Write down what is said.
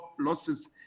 losses